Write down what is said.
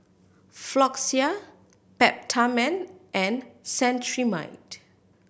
Floxia Peptamen and Cetrimide